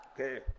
Okay